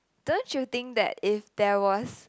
don't you think that if there was